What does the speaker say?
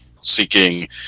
seeking